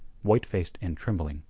white-faced and trembling,